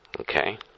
Okay